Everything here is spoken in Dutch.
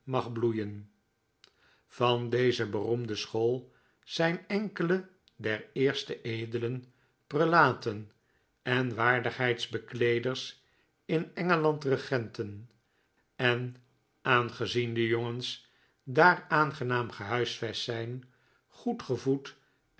mag bloeien van deze beroemde school zijn enkele der eerste edelen prelaten en waardigheidsbekleeders in engeland regenten en aangezien de jongens daar aangenaam gehuisvest zijn goed gevoed